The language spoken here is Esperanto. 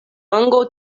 longo